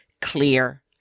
clear